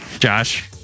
Josh